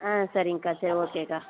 ஆ சரிங்கக்கா சரி ஓகேக்கா